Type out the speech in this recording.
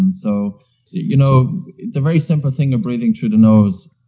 and so you know the very simple thing of breathing through the nose,